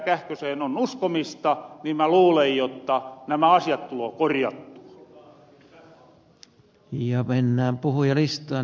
kähköseen on uskomista niin mä luulen jotta nämä asiat tuloo korjattua